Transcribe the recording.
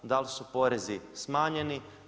Da li su porezi smanjeni?